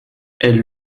elle